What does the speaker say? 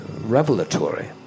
revelatory